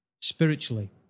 spiritually